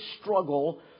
struggle